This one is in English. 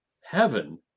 heaven